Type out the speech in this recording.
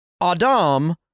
Adam